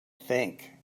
think